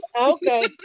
Okay